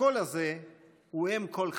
הקול הזה הוא אם כל חטאת.